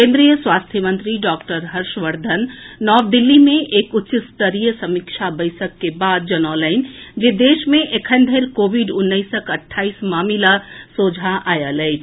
केन्द्रीय स्वास्थ्य मंत्री डॉक्टर हर्षवर्द्वन नव दिल्ली मे एक उच्च स्तरीय समीक्षा बैसक के बाद जनौलनि जे देश मे एखन धरि कोविड उन्नैसक अठाईस मामिला सोझा आएल अछि